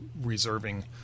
reserving